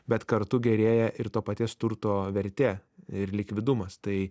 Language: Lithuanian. bet kartu gerėja ir to paties turto vertė ir likvidumas tai